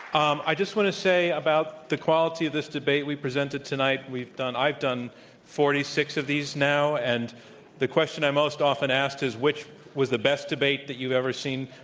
um i just want to say, about the quality of this debate we presented tonight, we've done i've done forty six of these now, and the question i'm most often asked is, which was the best debate that you've ever seen